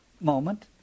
moment